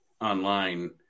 online